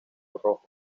rojo